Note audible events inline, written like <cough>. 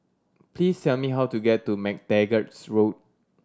please tell me how to get to MacTaggart <unintelligible> Road